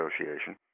Association